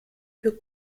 für